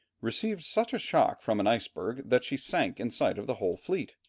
received such a shock from an iceberg that she sank in sight of the whole fleet.